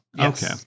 okay